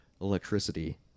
electricity